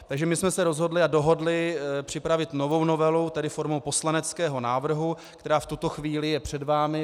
Takže jsme se rozhodli a dohodli připravit novou novelu formou poslaneckého návrhu, která v tuto chvíli je před vámi.